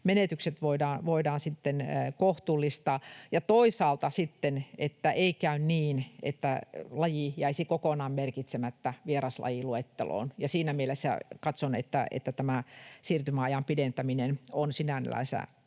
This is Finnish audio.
menetykset voidaan kohtuullistaa ja jotta toisaalta että ei käy niin, että laji jäisi kokonaan merkitsemättä vieraslajiluetteloon. Siinä mielessä katson, että siirtymäajan pidentäminen on sinällänsä